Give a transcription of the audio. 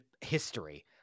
history